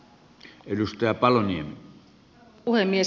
arvoisa puhemies